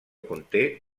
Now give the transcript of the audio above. conté